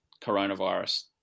coronavirus